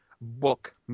book